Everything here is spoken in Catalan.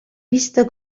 pista